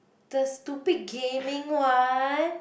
the stupid gaming one